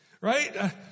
right